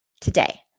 today